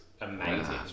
amazing